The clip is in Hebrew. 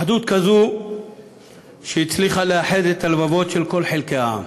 אחדות כזאת שהצליחה לאחד את הלבבות של כל חלקי העם.